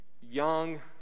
young